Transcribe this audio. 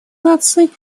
наций